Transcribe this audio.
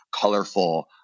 colorful